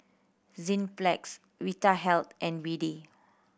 Enzyplex Vitahealth and B D